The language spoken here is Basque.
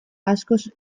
askoz